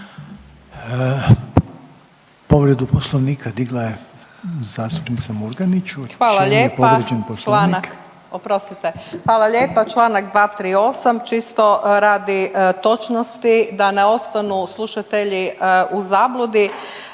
hvala lijepa, čl. 238., čisto radi točnosti da ne ostanu slušatelji u zabludi.